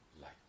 light